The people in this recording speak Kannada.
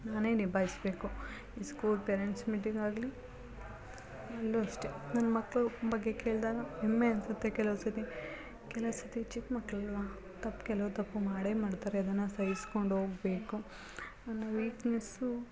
ನಾನೇ ನಿಭಾಯಿಸಬೇಕು ಈ ಸ್ಕೂಲ್ ಪೇರೆಂಟ್ಸ್ ಮೀಟಿಂಗ್ ಆಗಲಿ ಅಲ್ಲೂ ಅಷ್ಟೇ ನನ್ನ ಮಕ್ಳ ಬಗ್ಗೆ ಕೇಳಿದಾಗ ಹೆಮ್ಮೆ ಅನಿಸುತ್ತೆ ಕೆಲವು ಸರ್ತಿ ಕೆಲವು ಸರ್ತಿ ಚಿಕ್ಕ ಮಕ್ಳು ಅಲ್ಲವಾ ತಪ್ಪು ಕೆಲವು ತಪ್ಪು ಮಾಡೇ ಮಾಡ್ತಾರೆ ಅದನ್ನು ಸಹಿಸ್ಕೊಂಡ್ ಹೋಗ್ಬೇಕು ನನ್ನ ವೀಕ್ನೆಸ್ಸು